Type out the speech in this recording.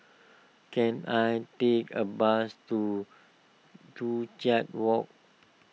can I take a bus to Joo Chiat Walk